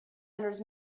enters